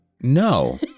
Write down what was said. no